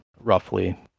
roughly